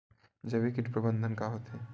जैविक कीट प्रबंधन का होथे?